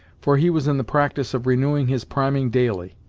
for he was in the practice of renewing his priming daily,